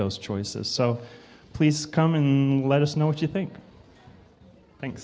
those choices so please come in let us know what you think thank